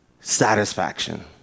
satisfaction